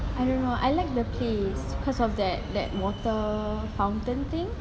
I don't know I like the place because of that that water fountain thing